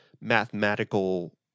mathematical